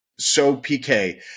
SoPK